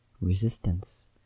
Resistance